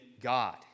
God